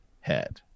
head